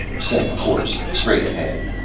set course straight ahead.